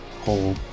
whole